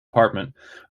department